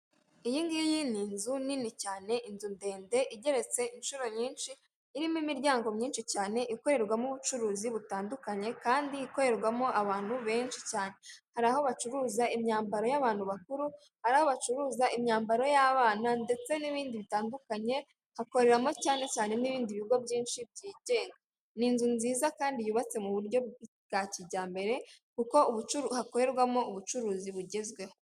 Iyi ngiiyi ni inzu nini cyane inzu ndende igeretse inshuro nyinshi, irimo imiryango myinshi cyane ikorerwamo ubucuruzi butandukanye kandi ikorerwamo abantu benshi cyane, hari aho bacuruza imyambaro y'abantu bakuru, ari aho bacuruza imyambaro y'abana ndetse n'ibindi bitandukanye, hakoreramo cyane cyane n'ibindi bigo byinshi byigenga, ni inzu nziza kandi yubatse mu buryo bwa kijyambere kuko hakorerwamo ubucuruzi bugezweho.